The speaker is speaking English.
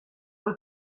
have